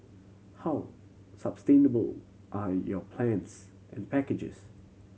how sustainable are your plans and packages